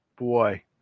Boy